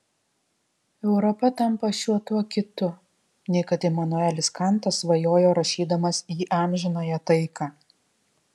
europa tampa šiuo tuo kitu nei kad imanuelis kantas svajojo rašydamas į amžinąją taiką